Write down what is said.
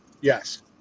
Yes